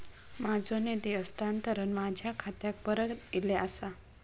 माझो निधी हस्तांतरण माझ्या खात्याक परत इले आसा